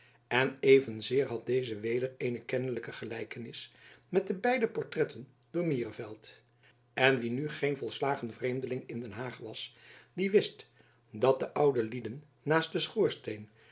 en evenzeer had deze weder eene kennelijke gelijkenis met de beide portretten door mierevelt en wie nu geen volslagen vreemdeling in den haag was die wist dat de oude lieden naast den schoorsteen